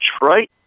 Detroit